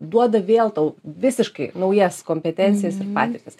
duoda vėl tau visiškai naujas kompetencijas ir patirtis